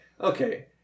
okay